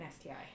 STI